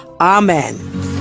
amen